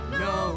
no